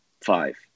five